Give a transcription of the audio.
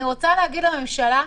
אני רוצה להגיד לממשלה: